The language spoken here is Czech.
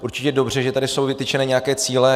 Určitě je dobře, že tady jsou vytyčeny nějaké cíle.